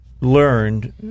learned